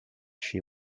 she